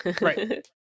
right